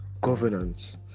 governance